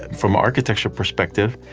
and from architecture perspective,